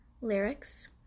Lyrics